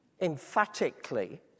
emphatically